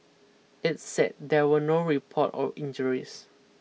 it said there were no report of injuries